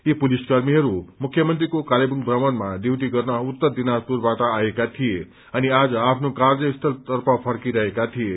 यी पुलिसकर्मीहरू मुख्यमन्त्रीको कालेबुङ भ्रमणमा डयूटी गर्न उत्तर दिनाजपुरबाट आएका थिए अनि आज आफ्नो कर्तव्यस्थलतर्फ फर्किरहेका थिए